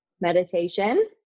Meditation